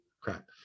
crap